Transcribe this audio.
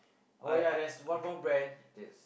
oh ya there's one more brand that's